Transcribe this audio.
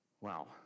Wow